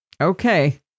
Okay